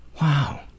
Wow